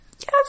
Yes